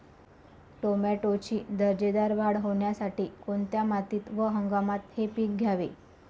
टोमॅटोची दर्जेदार वाढ होण्यासाठी कोणत्या मातीत व हंगामात हे पीक घ्यावे?